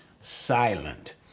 silent